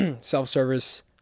self-service